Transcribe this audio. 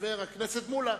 חבר הכנסת מולה.